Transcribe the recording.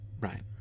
Right